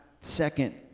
second